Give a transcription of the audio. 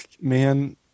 Man